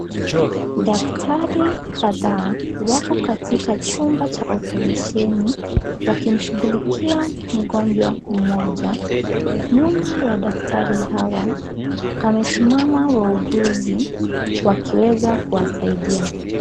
Daktari kadhaa wako katika chumba cha oparesheni wakimshughulikia mgonjwa mmoja, nyuma ya daktari hawa wamesimama wauguzi wakiweza kuwasaidia.